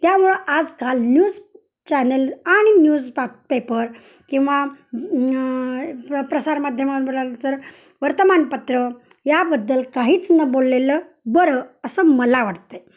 त्यामुळं आजकाल news channel आणि न्यूज पा पेपर किंवा न प्र प्रसारमाध्यमां बोलाल तर वर्तमानपत्र याबद्दल काहीच न बोललेलं बरं असं मला वाटतं आहे